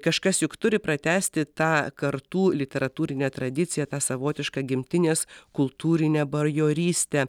kažkas juk turi pratęsti tą kartų literatūrinę tradiciją tą savotišką gimtinės kultūrinę bajorystę